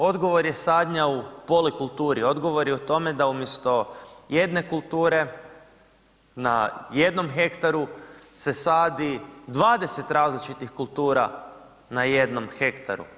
Odgovor je sadnja u polikulturi, odgovor je u tome da umjesto jedne kulture na jednom hektaru se sadi 20 različitih kultura na jednom hektaru.